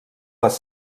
les